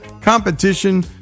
competition